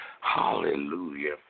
Hallelujah